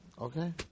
okay